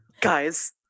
Guys